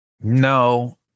No